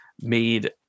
made